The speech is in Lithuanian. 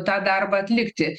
tą darbą atlikti